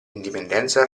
indipendenza